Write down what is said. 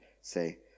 say